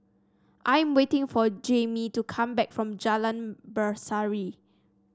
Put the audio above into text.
I'm waiting for Jaimie to come back from Jalan Berseri